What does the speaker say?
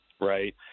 right